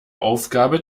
aufgabe